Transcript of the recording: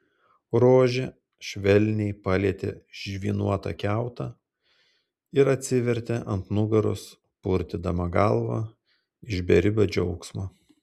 rožė švelniai palietė žvynuotą kiautą ir atsivertė ant nugaros purtydama galvą iš beribio džiaugsmo